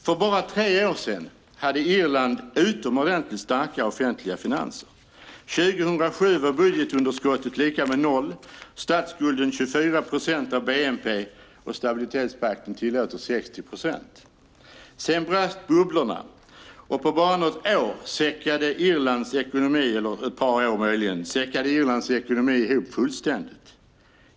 För bara tre år sedan hade Irland utomordentligt starka offentliga finanser. År 2007 var budgetunderskottet lika med noll och statsskulden 24 procent av bnp; stabilitetspakten tillåter 60 procent. Sedan brast bubblorna, och på ett par år säckade Irlands ekonomi ihop fullständigt.